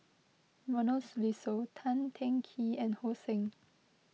Ronald Susilo Tan Teng Kee and So Heng